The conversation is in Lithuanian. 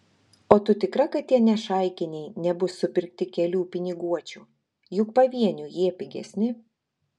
o tu tikra kad tie nešaikiniai nebus supirkti kelių piniguočių juk pavieniui jie pigesni